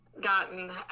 gotten